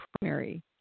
primary